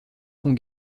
pont